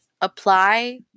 Apply